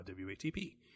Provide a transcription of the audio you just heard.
WATP